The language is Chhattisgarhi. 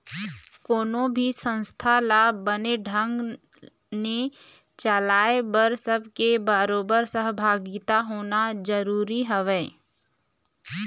कोनो भी संस्था ल बने ढंग ने चलाय बर सब के बरोबर सहभागिता होना जरुरी हवय